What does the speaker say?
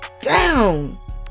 down